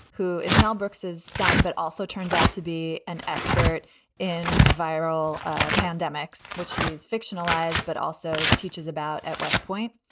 who is mel brooks, his son, but also turns out to be an expert in viral ah pandemics, which is fictionalized, but also teaches about at west point.